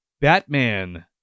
Batman